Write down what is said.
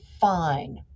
fine